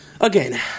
again